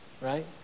Right